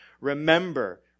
remember